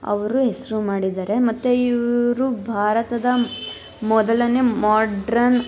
ಅವರು ಹೆಸರು ಮಾಡಿದ್ದಾರೆ ಮತ್ತು ಇವರು ಭಾರತದ ಮೊದಲನೇ ಮೊಡ್ರನ್